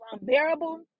unbearable